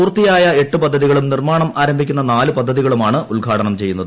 പൂർത്തിയായ എട്ട് പദ്ധതികളും നിർമ്മാണം ആരംഭിക്കുന്ന നാല് പദ്ധതികളുമാണ് ഉദ്ഘാടനം ചെയ്യുന്നത്